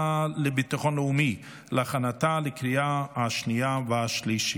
לביטחון לאומי להכנתה לקריאה השנייה והשלישית.